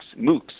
MOOCs